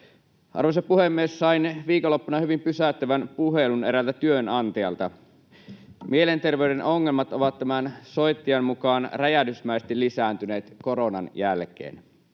Arvoisa puhemies! Sain viikonloppuna hyvin pysäyttävän puhelun eräältä työnantajalta. Mielenterveyden ongelmat ovat tämän soittajan mukaan räjähdysmäisesti lisääntyneet koronan jälkeen,